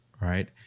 right